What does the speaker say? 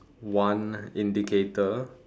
one indicator